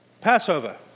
Passover